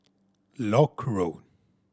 Lock Road